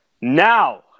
Now